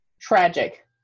Tragic